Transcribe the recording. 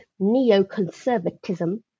neoconservatism